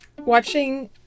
Watching